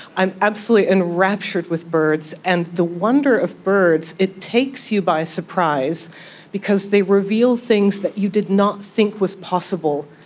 i'm absolutely enraptured with birds. and the wonder of birds, it takes you by surprise because they reveal things that you did not think was possible,